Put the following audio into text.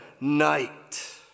night